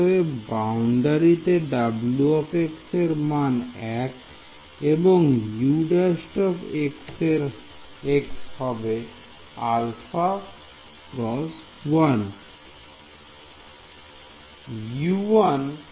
অতএব বাউন্ডারি তে W এর মান 1 এবং U′ হবে α × 1